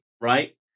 right